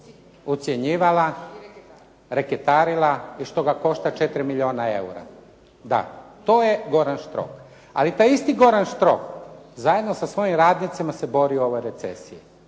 ucjenjivala, reketarila i što ga košta 4 milijuna eura. Da, to je Goran Štrok. Ali taj isti Goran Štrok, zajedno sa svojim radnicima se bori u ovoj recesiji